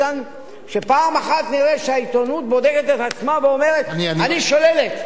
שפעם אחת נראה שהעיתונות בודקת את עצמה ואומרת: אני שוללת.